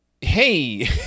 Hey